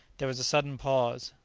there was a sudden pause.